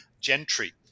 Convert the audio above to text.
gentry